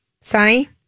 Sunny